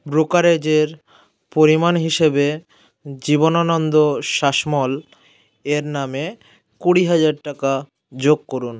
ব্রোকারেজের পরিমাণ হিসেবে জীবনানন্দ শাসমল এর নামে কুড়ি হাজার টাকা যোগ করুন